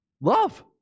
Love